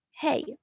Hey